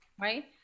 right